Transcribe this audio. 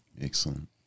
Excellent